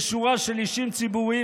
ושורה של אישים ציבוריים,